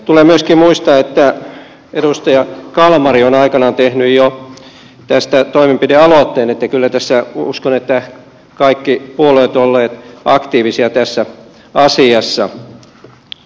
tulee myöskin muistaa että edustaja kalmari on aikanaan tehnyt jo tästä toimenpidealoitteen niin että kyllä uskon että kaikki puolueet ovat olleet aktiivisia tässä asiassa